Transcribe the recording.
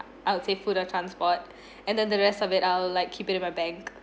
I would say food or transport and then the rest of it I'll like keep it in my bank